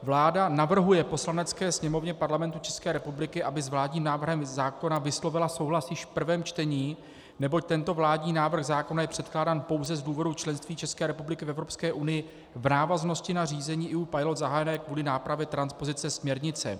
Vláda navrhuje Poslanecké sněmovně Parlamentu České republiky, aby s vládním návrhem zákona vyslovila souhlas již v prvém čtení, neboť tento vládní návrh zákona je předkládán pouze z důvodu členství České republiky v Evropské unii v návaznosti na řízení EU Pilot zahájené kvůli nápravě transpozice směrnice.